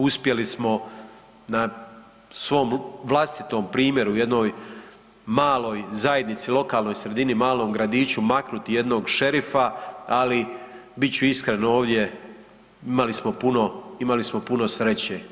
Uspjeli smo na vlastitom primjeru u jednoj maloj zajednici, lokalnoj sredini, malom gradiću maknuti jednog šerifa, ali bit ću iskren ovdje imali smo puno sreće.